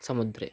समुद्रे